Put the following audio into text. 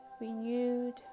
renewed